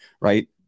Right